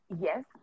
Yes